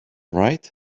right